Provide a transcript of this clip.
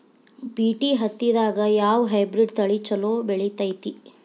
BT ಹತ್ತಿದಾಗ ಯಾವ hybrid ತಳಿ ಛಲೋ ಬೆಳಿತೈತಿ?